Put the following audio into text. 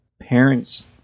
parents